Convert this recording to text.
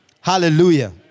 Hallelujah